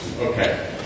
Okay